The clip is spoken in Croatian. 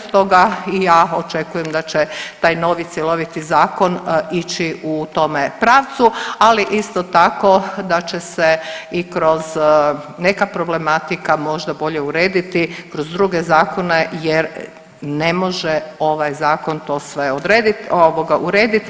Stoga i ja očekujem da će taj novi, cjeloviti zakon ići u tome pravcu, ali isto tako da će se i kroz neka problematika možda bolje urediti kroz druge zakone jer ne može ovaj zakon to sve odrediti ovoga urediti.